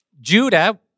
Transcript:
Judah